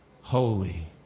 holy